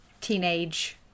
teenage